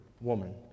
woman